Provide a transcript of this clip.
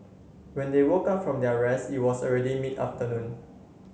when they woke up from their rest it was already mid afternoon